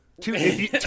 Two